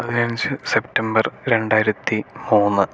പതിനഞ്ച് സെപ്റ്റംബർ രണ്ടായിരത്തി മൂന്ന്